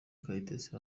kayitesi